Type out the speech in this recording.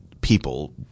people